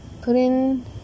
Putin